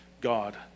God